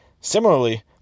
Similarly